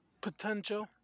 Potential